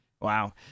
Wow